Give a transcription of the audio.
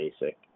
basic